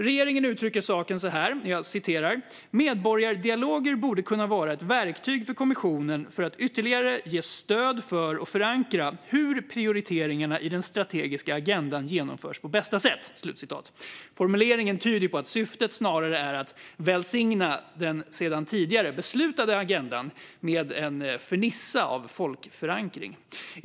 Regeringen uttrycker saken så här: "Framtidskonferensens medborgardialoger borde kunna vara ett verktyg för kommissionen för att ge ytterligare stöd för och förankra hur prioriteringarna i den strategiska agendan genomförs på bästa sätt." Formuleringen tyder på att syftet snarare är att välsigna den sedan tidigare beslutade agendan med en fernissa av folkförankring.